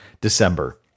December